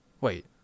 Wait